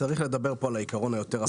צריך לדבר פה על העיקרון היותר רחב.